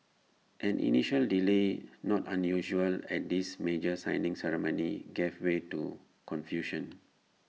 an initial delay not unusual at these major signing ceremonies gave way to confusion